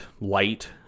light